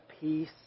peace